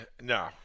No